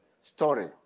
story